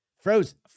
frozen